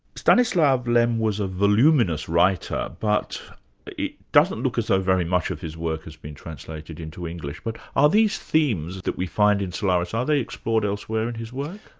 stanislaw lem was a voluminous writer but it doesn't look as though very much of his work has been translated into english. but are these themes that we find in solaris, are they explored elsewhere in his work?